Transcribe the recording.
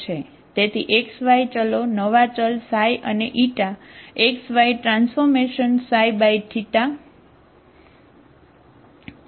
તેથી xy ચલો નવા ચલ ξ અને ηxy transformation→ ξ છે બરાબર